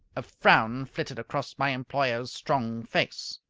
a frown flitted across my employer's strong face.